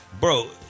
Bro